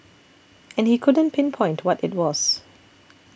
and he couldn't pinpoint what it was